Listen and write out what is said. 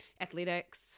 athletics